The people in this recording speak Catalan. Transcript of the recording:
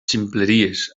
ximpleries